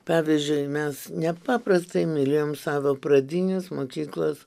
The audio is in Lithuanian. pavyzdžiui mes nepaprastai mylėjom savo pradinės mokyklos